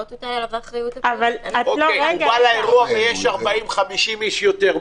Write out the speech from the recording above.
לא תוטל עליו האחריות --- הוא בא לאירוע ויש 40 50 איש יותר,